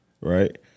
right